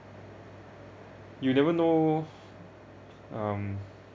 you never know um